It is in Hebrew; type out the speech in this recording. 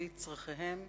על-פי צורכיהם,